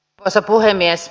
arvoisa puhemies